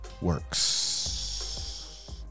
works